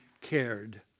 cared